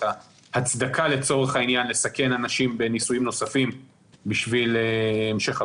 את ההצדקה לצורך העניין לסכן אנשים בניסויים נוספים בשביל המשך הפיתוח.